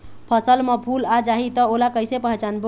फसल म फूल आ जाही त ओला कइसे पहचानबो?